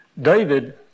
David